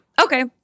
Okay